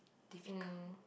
difficult